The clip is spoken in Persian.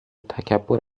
تکبر